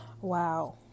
Wow